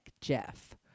Jeff